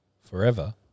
Forever